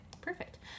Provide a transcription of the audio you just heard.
perfect